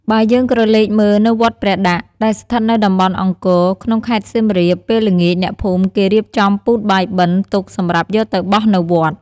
បើយើងក្រឡេកមើលនៅវត្តប្រដាកដែលស្ថិតនៅតំបន់អង្គរ ក្នុងខេត្តសៀមរាប ពេលល្ងាចអ្នកភូមិគេរៀបចំពូតបាយបិណ្ឌទុក សម្រាប់យកទៅបោះនៅវត្ត។